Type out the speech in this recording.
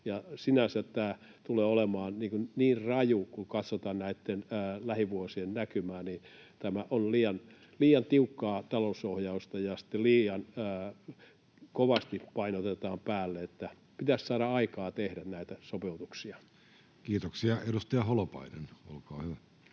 Sinänsä tämä tulee olemaan niin raju, kun katsotaan näitten lähivuosien näkymään, tämä on liian tiukkaa talousohjausta, ja sitten liian kovasti painetaan päälle. Pitäisi saada aikaa tehdä näitä sopeutuksia. Kiitoksia. — Edustaja Holopainen, olkaa hyvä.